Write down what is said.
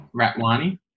Ratwani